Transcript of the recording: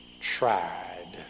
Tried